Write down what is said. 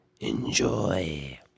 Enjoy